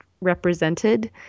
represented